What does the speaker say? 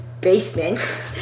basement